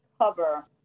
cover